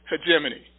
hegemony